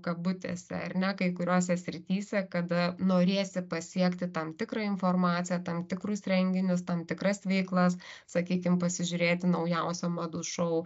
kabutėse ar ne kai kuriose srityse kada norėsi pasiekti tam tikrą informaciją tam tikrus renginius tam tikras veiklas sakykim pasižiūrėti naujausią madų šou